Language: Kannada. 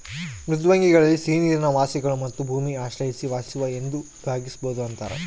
ಮೃದ್ವಂಗ್ವಿಗಳಲ್ಲಿ ಸಿಹಿನೀರಿನ ವಾಸಿಗಳು ಮತ್ತು ಭೂಮಿ ಆಶ್ರಯಿಸಿ ವಾಸಿಸುವ ಎಂದು ವಿಭಾಗಿಸ್ಬೋದು ಅಂತಾರ